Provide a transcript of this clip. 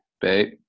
babe